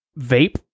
vape